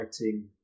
writing